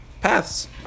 Paths